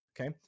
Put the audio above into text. Okay